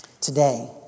Today